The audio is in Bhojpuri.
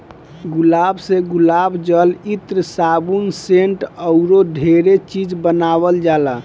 गुलाब से गुलाब जल, इत्र, साबुन, सेंट अऊरो ढेरे चीज बानावल जाला